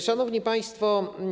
Szanowni Państwo!